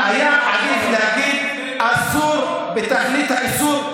היה עדיף להגיד: אסור בתכלית האיסור.